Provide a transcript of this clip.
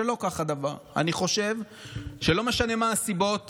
שלא כך הדבר; אני חושב שלא משנה מה הסיבות,